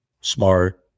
smart